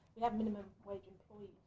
we have minimum wage employees.